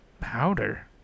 Powder